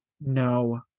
no